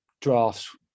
drafts